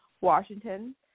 Washington